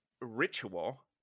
ritual